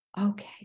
Okay